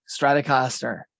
Stratocaster